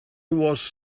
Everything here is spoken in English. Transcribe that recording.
was